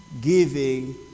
Giving